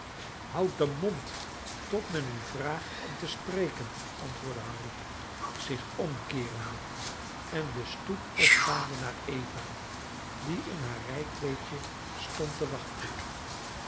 houd den mond tot men u vraagt om te spreken antwoordde henrique zich omkeerende en de stoep opgaande naar eva die in haar rijkleedje stond te wachten